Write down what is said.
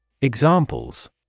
Examples